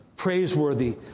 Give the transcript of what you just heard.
praiseworthy